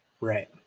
Right